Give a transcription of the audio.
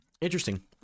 Interesting